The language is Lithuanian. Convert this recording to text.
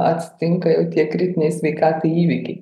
atsitinka ir tie kritiniai sveikatai įvykiai